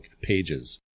pages